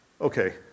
Okay